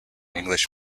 english